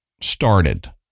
started